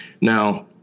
Now